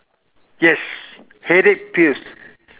yes headache pills